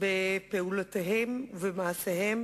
בפעולותיהם ובמעשיהם